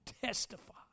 testify